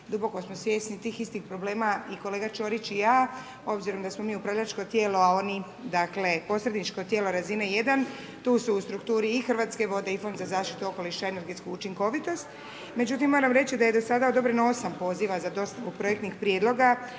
duboko smo svjesni tih istih problema i kolega Ćorić i ja obzirom da smo upravljačko tijelo, a oni dakle, posredničko tijelo razine 1, tu su u strukturi i Hrvatske vode i Fond za zaštitu okoliša i energetsku učinkovitost. Međutim, moram reći da je do sada odobreno 8 poziva za dostavu projektnih prijedloga,